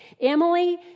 Emily